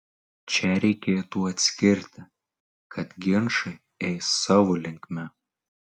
čia reikėtų atskirti kad ginčai eis savo linkme